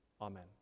amen